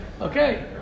okay